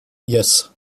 yes